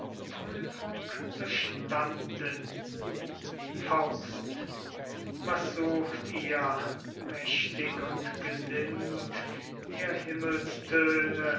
prüfung bestanden was sucht ihr mächtig und gelind ihr